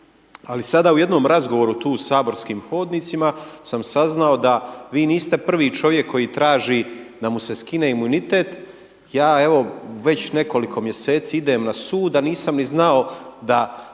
Ali sada u jednom razgovoru tu u saborskim hodnicima sam saznao da vi niste prvi čovjek koji traži da mu se skine imunitet. Ja evo već nekoliko mjeseci idem na sud, a nisam niti znao da